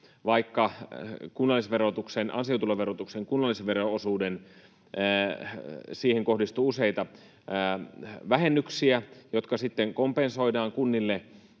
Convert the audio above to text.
Vaikka ansiotuloverotuksen kunnallisveron osuuteen kohdistuu useita vähennyksiä, jotka sitten kompensoidaan kunnille